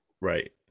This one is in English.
Right